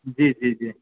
जी जी जी